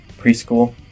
preschool